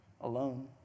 Alone